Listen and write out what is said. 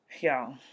Y'all